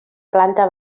planta